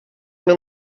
mir